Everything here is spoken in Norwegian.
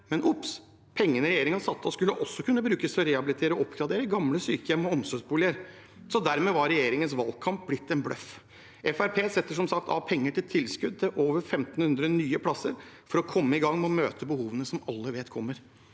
men obs, pengene regjeringen satte av, skulle også kunne brukes til å rehabilitere og oppgradere gamle sykehjem og omsorgsboliger. Dermed var regjeringens valgkamp blitt en bløff. Fremskrittspartiet setter som sagt av penger til tilskudd til over 1 500 nye plasser for å komme i gang med å møte behovene som alle vet kommer.